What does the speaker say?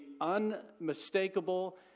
unmistakable